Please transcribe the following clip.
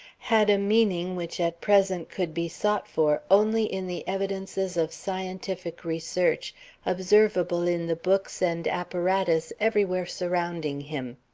had a meaning which at present could be sought for only in the evidences of scientific research observable in the books and apparatus everywhere surrounding him.